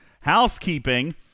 Housekeeping